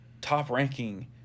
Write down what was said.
top-ranking